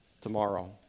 tomorrow